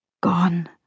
Gone